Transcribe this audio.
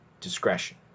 discretion